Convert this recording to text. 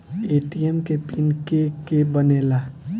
ATM के pin के के बनेला?